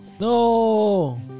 No